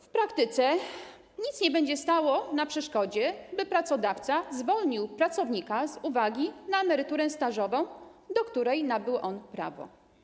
W praktyce nic nie będzie stało na przeszkodzie, by pracodawca zwolnił pracownika z uwagi na emeryturę stażową, do której nabył on prawo.